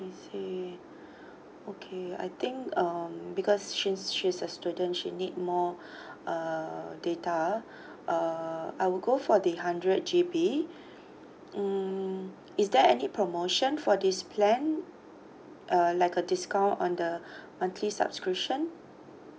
I see okay I think um because she's she's a student she need more uh data uh I will go for the hundred G_B mm is there any promotion for this plan uh like a discount on the monthly subscription